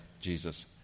Jesus